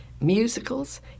musicals